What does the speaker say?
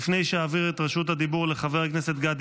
לפני שאעביר את רשות הדיבור לחבר הכנסת גדי